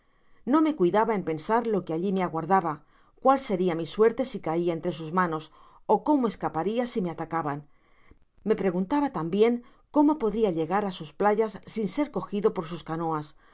no me cuidaba en pensar lo que alli me aguardaba cuál seria mi suerte si caia entre sus manos ó cómo escaparia si me atacaban me preguntaba tambien cómo podria llegar á sus playas sin ser cogido por sus canoas